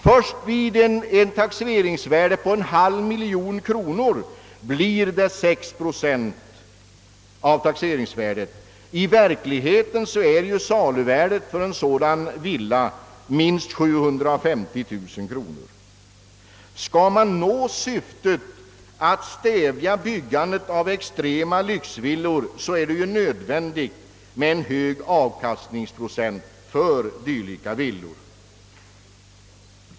Först vid ett taxeringsvärde på 500 000 kronor blir intäkten 6 procent av taxeringsvärdet. I verkligheten är saluvärdet för en sådan villa minst 750 000 kronor. Skall man nå syftet att stävja byggandet av extrema lyxvillor är det nödvändigt med en hög avkastningsprocent för dylika villor.